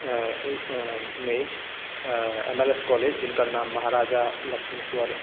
मे अछि M L S college जिनकर नाम महाराजा लक्ष्मीश्वर